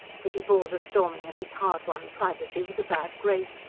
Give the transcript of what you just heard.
but he bore the storming of his hard-won privacy with a bad grace,